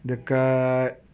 ya